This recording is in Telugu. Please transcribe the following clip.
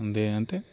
లేదంటే